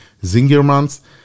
Zingermans